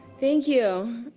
thank you.